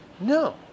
No